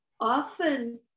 often